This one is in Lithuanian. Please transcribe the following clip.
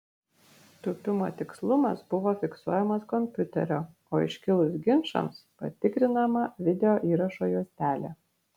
tūpimo tikslumas buvo fiksuojamas kompiuterio o iškilus ginčams patikrinama video įrašo juostelė